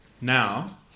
Now